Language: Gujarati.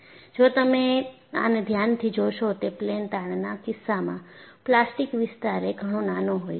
જો તમે આને ધ્યાનથી જોશો તો પ્લેન તાણના કિસ્સામાં પ્લાસ્ટિક વિસ્તાર એ ઘણો નાનો હોય છે